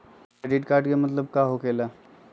Credit card के मतलब का होकेला?